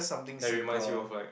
that reminds you of like